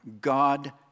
God